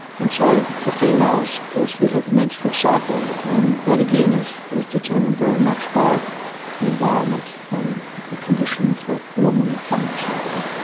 and so for females, of course we have the menstrual cycle, and that again is is determined very much by the environment and the conditions that a woman will find herself in.